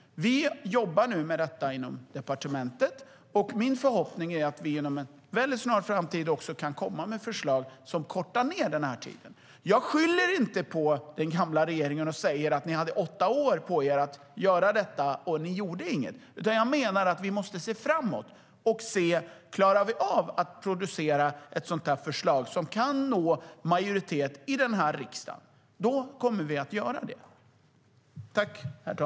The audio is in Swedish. Vi jobbar nu med detta inom departementet, och min förhoppning är att vi inom en snar framtid kan komma med förslag som förkortar tiden.